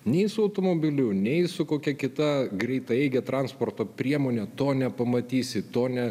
nei su automobiliu nei su kokia kita greitaeigę transporto priemone to nepamatysi to ne